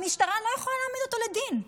המשטרה לא יכולה להעמיד אותו לדין.